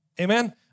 Amen